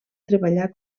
treballar